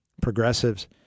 progressives